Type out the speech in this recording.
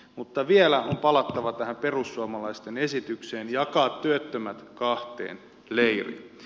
mutta vielä on palattava perussuomalaisten esitykseen jakaa työttömät kahteen leiriin